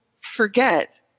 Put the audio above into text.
forget